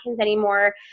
anymore